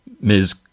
Ms